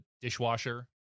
dishwasher